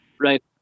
right